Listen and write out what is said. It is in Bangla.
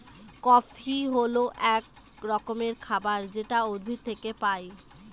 কফি হল এক রকমের খাবার যেটা উদ্ভিদ থেকে পায়